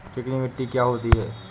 चिकनी मिट्टी क्या होती है?